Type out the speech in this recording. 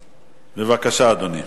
בבקשה, אדוני.